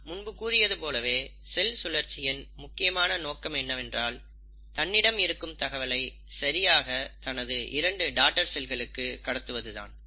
நான் முன்பு கூறியது போலவே செல் சுழற்சியின் முக்கியமான நோக்கம் என்னவென்றால் தன்னிடம் இருக்கும் தகவலை சரியாக தனது இரண்டு டாடர் செல்களுக்கு கடத்துவது தான்